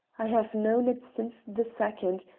i have known it since the second,